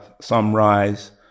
sunrise